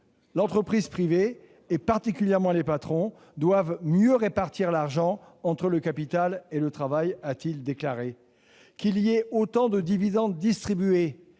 L'entreprise privée et particulièrement les patrons doivent mieux répartir l'argent entre le capital et le travail. Qu'il y ait autant de dividendes distribués